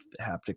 haptic